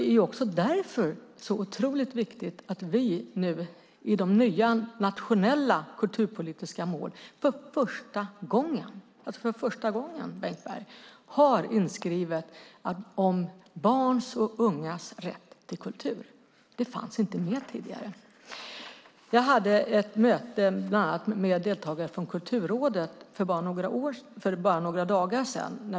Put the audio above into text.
Därför är det oerhört viktigt att vi i de nya nationella kulturpolitiska målen för första gången - för första gången, Bengt Berg - har inskrivet om barns och ungas rätt till kultur. Det fanns inte med tidigare. Jag hade ett möte med deltagare från bland annat Kulturrådet för bara några dagar sedan.